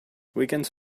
weekends